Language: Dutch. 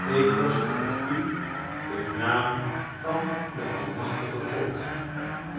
ik verzoek het u in naam van den almachtigen god